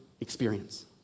experience